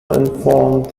informed